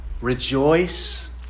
Rejoice